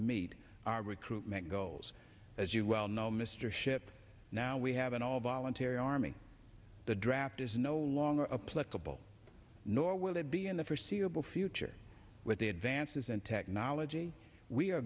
meet our recruitment goals as you well know mr ship now we have an all volunteer army the draft is no longer a pleasurable nor will it be in the forseeable future with the advances in technology we are